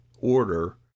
order